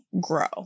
grow